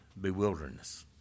bewilderness